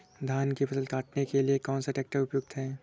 धान की फसल काटने के लिए कौन सा ट्रैक्टर उपयुक्त है?